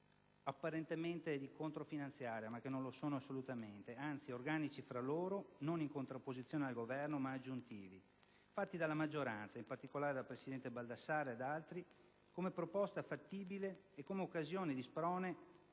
apparentemente di «controfinanziaria», ma che non lo sono affatto. Anzi, essi sono organici tra loro, non in contrapposizione al Governo ma aggiuntivi, realizzati dalla maggioranza e, in particolare, dal presidente Baldassarri e da altri senatori, come proposta fattibile ed occasione di sprone